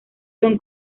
son